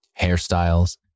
Hairstyles